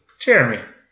Jeremy